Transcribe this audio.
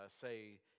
say